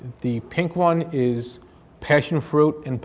the pink one is passion fruit in